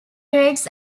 brakes